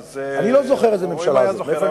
אני לא זוכר איזו ממשלה זאת, מאיפה אני זוכר.